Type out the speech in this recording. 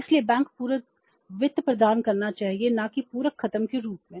इसलिए बैंक पूरक वित्त प्रदान करना चाहिए न कि पूरक खत्म के रूप में